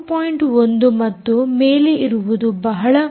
1 ಮತ್ತು ಮೇಲೆ ಇರುವುದು ಬಹಳ ಮುಖ್ಯ